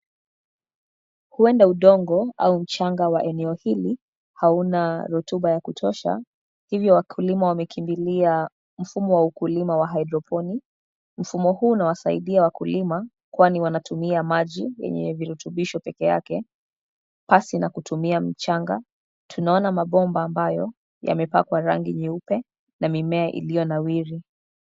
Huenda udongo au mchanga wa eneo hili hauna rotuba ya kutosha. Hivyo wakulima wamekimbilia mfumo wa ukulima wa hidroponi. Mfumo huu unawasaidia wakulima kwani wanatumia maji yenye virutubisho pekee yake, pasi na kutumia mchanga. Tunaona mabomba ambayo yamepakwa rangi nyeupe na mimea iliyo nawiri.